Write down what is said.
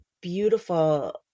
beautiful